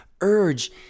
urge